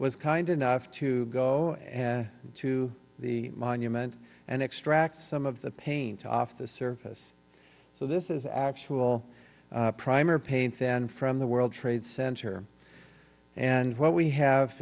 was kind enough to go to the monument and extract some of the paint off the surface so this is actual primer paint then from the world trade center and what we have